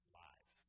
live